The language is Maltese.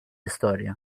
istorja